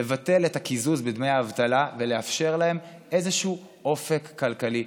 לבטל את הקיזוז בדמי האבטלה ולאפשר להם איזשהו אופק כלכלי.